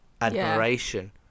admiration